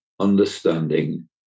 understanding